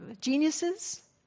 geniuses